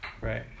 right